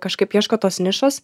kažkaip ieško tos nišos